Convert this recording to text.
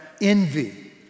envy